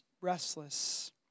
restless